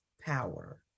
power